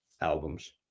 albums